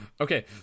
okay